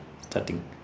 starting